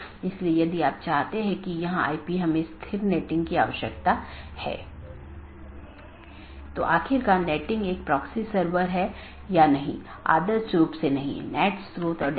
आज हमने जो चर्चा की है वह BGP रूटिंग प्रोटोकॉल की अलग अलग विशेषता यह कैसे परिभाषित किया जा सकता है कि कैसे पथ परिभाषित किया जाता है इत्यादि